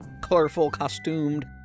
colorful-costumed